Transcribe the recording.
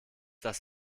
das